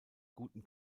guten